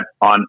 on